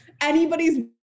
anybody's